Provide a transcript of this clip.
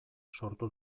sortu